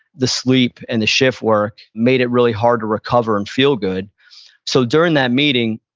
the sleep and the shift work made it really hard to recover and feel good so, during that meeting,